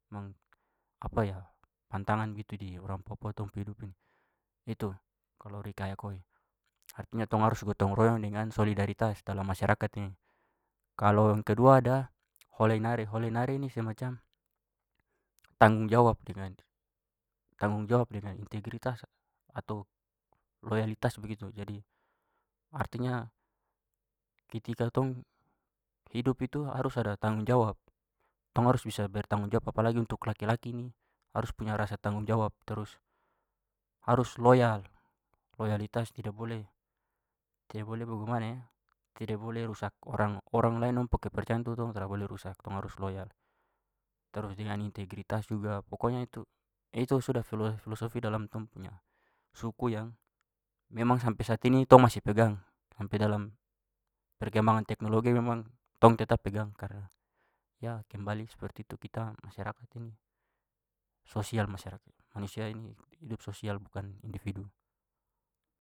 tantangan begitu di orang papua tong pu hidup ini. Itu kalau rikaehikoy, artinya tong harus gotong royong dengan solidaritas dalam masyarakat ini. Kalau yang kedua ada holeinare, holenare ini semacam tanggung jawab dengan- tanggung jawab dengan integritas atau loyalitas begitu. Jadi artinya ketika tong hidup itu harus ada tanggung jawab. Tong harus bisa bertanggungjawab. Apalagi untuk laki-laki ni harus punya rasa tanggung jawab, terus harus loyal, loyalitas, tidak boleh- tidak boleh tidak boleh rusak orang- orang lain dong pu kepercayaan tu tong tra boleh rusak tong harus loyal. Terus dengan integritas juga. Pokoknya itu- itu sudah filosofi dalam tong punya suku yang memang sampai saat ini tong masih pegang. Sampai dalam perkembangan teknologi memang tong tetap pegang karena ya kembali seperti itu kita masyarakat ini sosial masyarakat, manusia ini hidup sosial bukan individu.